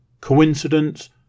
Coincidence